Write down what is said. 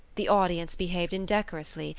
the audience behaved indecorously,